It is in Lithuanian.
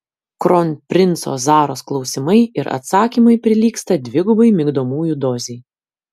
kronprinco zaros klausimai ir atsakymai prilygsta dvigubai migdomųjų dozei